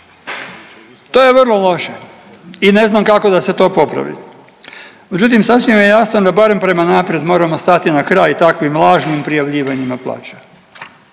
To je vrlo loše i ne znam kako da se to popravi. Međutim, sasvim je jasno sa barem prema naprijed moramo stati na kraj takvim lažnim prijavljivanjima plaća.